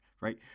right